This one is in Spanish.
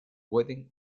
pueden